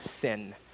sin